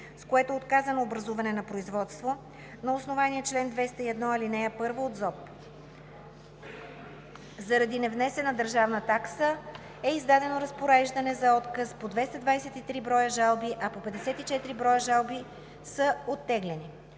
с което е отказано образуване на производство на основание чл. 201, ал. 1 от ЗОП. Заради невнесена държавна такса е издадено разпореждане за отказ по 223 броя жалби, а по 54 броя жалби са оттеглени.